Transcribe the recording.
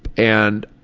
and